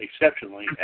exceptionally